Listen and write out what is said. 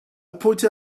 pointed